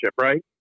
right